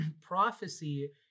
prophecy